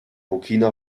burkina